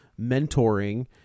mentoring